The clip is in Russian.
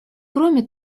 кроме